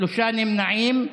שלושה נמנעים.